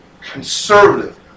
conservative